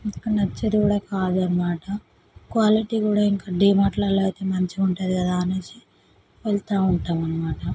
ఇక్కడ నచ్చేది కూడా కాదన్నమాట క్వాలిటీ కూడా ఇంకా డిమార్ట్లల్లో అయితే మంచిగా ఉంటుంది కదా అనేసి వెళతా ఉంటామన్నమాట